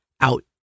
out